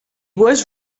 was